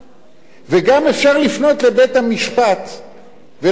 וגם אפשר לפנות לבית-המשפט ולהגיד: אדוני,